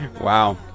Wow